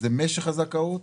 משך הזכאות,